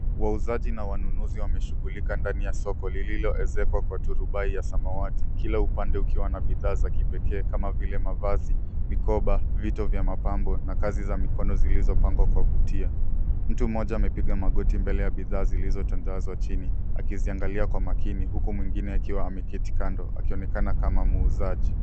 Wauzaji na wanunuzi wameshughulika ndani ya soko lililoezekwa kwa turubai ya samawati. Kila upande ukiwa na bidhaa za kipekee kama vile mavazi, mikoba, vito vya mapambo na kazi za mikono zilizopangwa kuwavutia. Mtu mmoja amepiga magoti mbele ya bidhaa zilizotandazwa chini, akiziangalia kwa makini. Huku mwingine akiwa ameketi kando akionekana kama muuzaji.